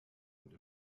und